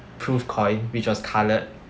proof coin which was coloured